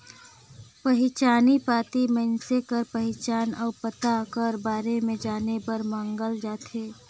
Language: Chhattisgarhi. पहिचान पाती मइनसे कर पहिचान अउ पता कर बारे में जाने बर मांगल जाथे